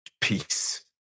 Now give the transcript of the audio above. peace